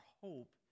hope